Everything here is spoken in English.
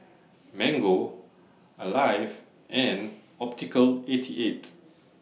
Mango Alive and Optical eighty eight